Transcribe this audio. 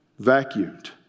vacuumed